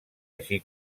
així